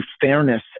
fairness